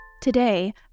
Today